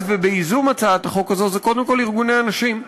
ובייזום הצעת החוק הזו זה קודם כול ארגוני הנשים.